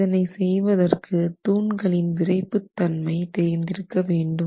இதனை செய்வதற்கு தூண்களின் விறைப்புத்தன்மை தெரிந்திருக்க வேண்டும்